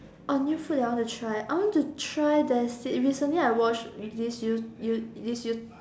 oh new food that I want to try I want to try there's this recently I watch this you~ you~ this you~ you~